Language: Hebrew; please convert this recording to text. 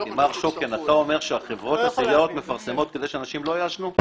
אתה אומר שחברות הסיגריות מפרסמות כדי שאנשים לא יעשנו?